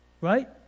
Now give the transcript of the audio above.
right